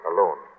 Alone